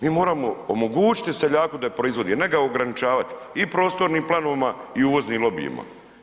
Mi moramo omogućiti seljaku da proizvodi, a ne ga ograničavati i prostornim planovima i uvoznim lobijima.